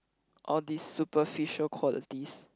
all these superficial qualities